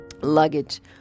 luggage